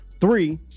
three